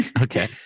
Okay